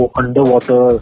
underwater